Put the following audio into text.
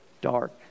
dark